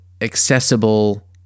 accessible